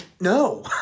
no